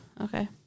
Okay